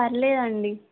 పర్లేదండి